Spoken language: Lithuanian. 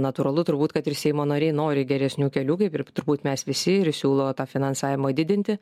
natūralu turbūt kad ir seimo nariai nori geresnių kelių kaip ir turbūt mes visi ir siūlo tą finansavimą didinti